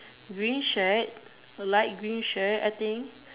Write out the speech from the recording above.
green shirt light green shirt I think